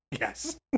Yes